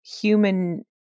human